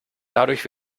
dadurch